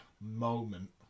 moment